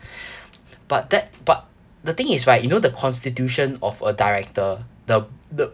but that but the thing is right you know the constitution of a director the the